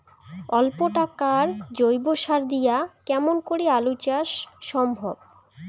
অল্প টাকার জৈব সার দিয়া কেমন করি আলু চাষ সম্ভব?